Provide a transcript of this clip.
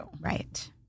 Right